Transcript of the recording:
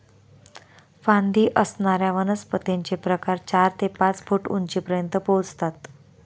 फांदी असणाऱ्या वनस्पतींचे प्रकार चार ते पाच फूट उंचीपर्यंत पोहोचतात